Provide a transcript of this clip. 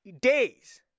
days